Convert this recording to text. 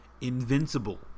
Invincible